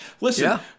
Listen